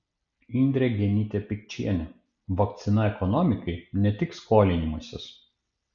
indrė genytė pikčienė vakcina ekonomikai ne tik skolinimasis